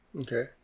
Okay